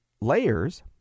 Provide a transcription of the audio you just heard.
layers